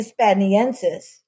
Hispaniensis